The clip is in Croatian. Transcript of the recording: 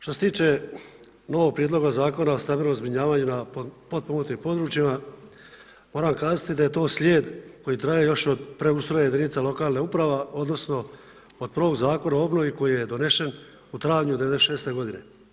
Što se tiče novog Prijedloga zakona o stambenom zbrinjavanju na potpomognutim područjima moram kazati da je to slijed koji traje još od preustroja jedinica lokalne uprava, odnosno od prvog Zakona o obnovi koji je donesen u travnju 96. godine.